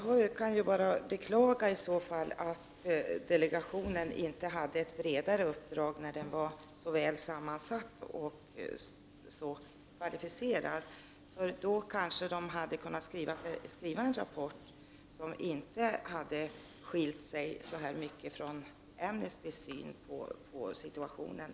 Herr talman! Jag kan i så fall bara beklaga att delegationen inte hade ett bredare uppdrag när den nu var så väl sammansatt och så kvalificerad. I så fall hade den kanske kunnat skriva en rapport som inte skiljt sig så här mycket från Amnestys syn på situationen.